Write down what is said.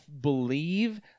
believe